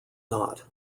not